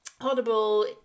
Audible